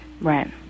right